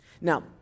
Now